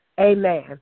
Amen